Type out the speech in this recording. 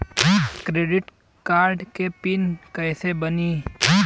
Credit card के PIN कैसे बनी?